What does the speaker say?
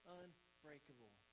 unbreakable